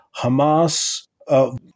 Hamas